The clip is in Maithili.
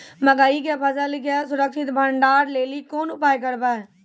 मकई के फसल के सुरक्षित भंडारण लेली कोंन उपाय करबै?